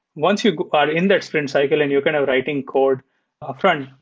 once you are in that sprint cycle and you are kind of writing code upfront,